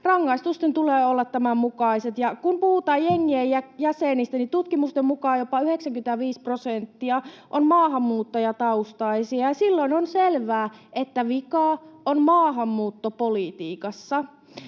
rangaistusten tulee olla tämän mukaiset. Kun puhutaan jengien jäsenistä, niin tutkimusten mukaan jopa 95 prosenttia on maahanmuuttajataustaisia, ja silloin on selvää, että vika on maahanmuuttopolitiikassa.